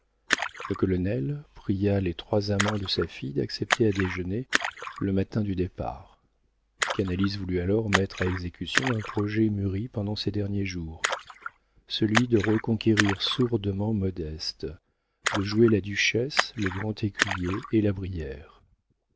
le colonel pria les trois amants de sa fille d'accepter à déjeuner le matin du départ canalis voulut alors mettre à exécution un projet mûri pendant ces derniers jours celui de reconquérir sourdement modeste de jouer la duchesse le grand écuyer et la brière